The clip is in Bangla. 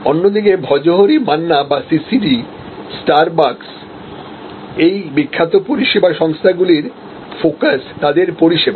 অন্যদিকে ভজহরি মান্না বা সিসিডি স্টারবাকস এই বিখ্যাত পরিষেবাসংস্থাগুলির ফোকাস তাদের পরিষেবা